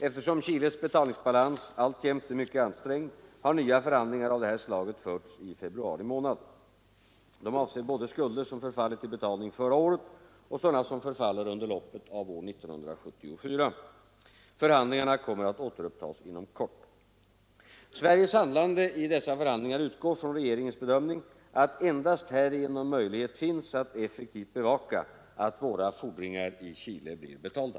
Eftersom Chiles betalningsbalans alltjämt är mycket ansträngd har nya förhandlingar av detta slag förts i februari månad. De avser både skulder som förfallit till betalning förra året och sådana som förfaller under loppet av år 1974. Förhandlingarna kommer att återupptagas inom kort. Sveriges handlande i dessa förhandlingar utgår från regeringens bedömning att endast härigenom möjlighet finns att effektivt bevaka att våra fordringar i Chile blir betalda.